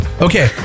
Okay